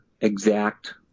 exact